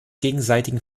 gegenseitigen